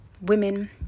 women